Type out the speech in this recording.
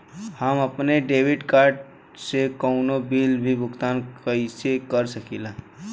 हम अपने debit card से कउनो बिल के भुगतान कइसे कर सकीला?